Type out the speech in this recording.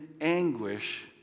anguish